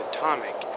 Atomic